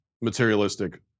materialistic